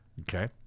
Okay